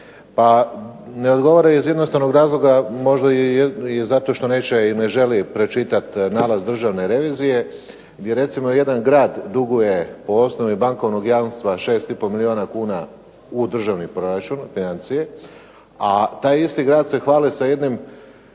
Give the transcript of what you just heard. Pa ne odgovara iz jednostavnog razloga možda i zato što neće i ne želi pročitati nalaz Državne revizije, gdje recimo jedan grad duguje po osnovi bankovnog jamstava 6,5 milijuna kuna u državni proračun, financije, a taj isti grad se hvali sa jednim